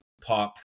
pop